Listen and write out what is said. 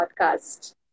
podcast